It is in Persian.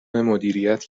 مدیریت